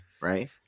right